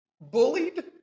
bullied